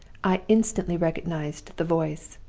i instantly recognized the voice.